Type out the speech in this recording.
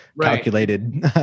calculated